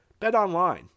BetOnline